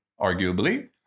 arguably